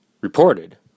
reported